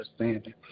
understanding